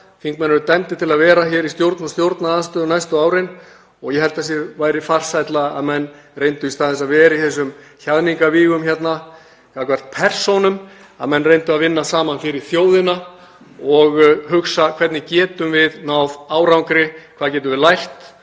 Þingmenn eru dæmdir til að vera hér í stjórn og stjórnarandstöðu næstu árin og ég held að það væri farsælla að menn reyndu, í stað þess að vera í þessum hjaðningavígum hérna gagnvart persónum, að vinna saman fyrir þjóðina og hugsa: Hvernig getum við náð árangri? Hvað getum við lært?